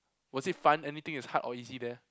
was it fun anything is hard or easy there